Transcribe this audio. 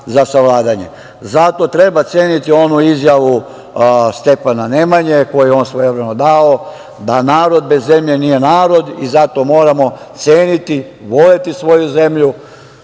za savladanje. Zato treba ceniti onu izjavu Stefana Nemanja koju je on svojevremeno dao, da narod bez zemlje nije narod i zato moramo ceniti i voleti svoju zemlju,